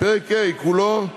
פרק ה' כולו,